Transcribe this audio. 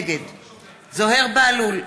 נגד זוהיר בהלול,